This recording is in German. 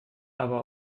aber